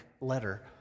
letter